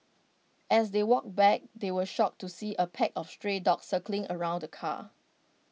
as they walked back they were shocked to see A pack of stray dogs circling around the car